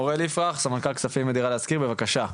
אוראל יפרח, סמנכ"ל כספים ב"דירה להשכיר" בבקשה.